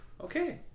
Okay